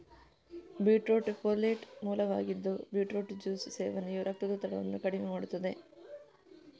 beetroot folate ಮೂಲವಾಗಿದ್ದು beetroot juice ಸೇವನೆಯು ರಕ್ತದೊತ್ತಡವನ್ನು ಕಡಿಮೆ ಮಾಡುತ್ತದೆ